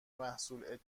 محصول